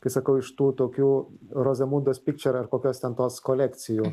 kai sakau iš tų tokių rozemundos pikčer ar kokios ten tos kolekcijų